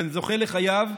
בין זוכה לחייב,